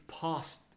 past